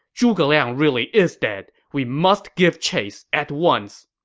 zhuge liang really is dead! we must give chase at once!